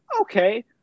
okay